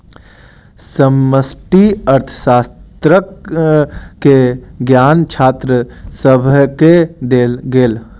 समष्टि अर्थशास्त्र के ज्ञान छात्र सभके देल गेल